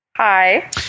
Hi